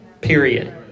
Period